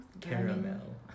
Caramel